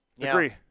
agree